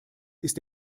ist